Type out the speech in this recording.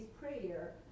prayer